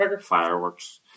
Fireworks